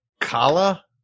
Kala